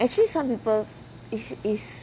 actually some people is is